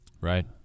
Right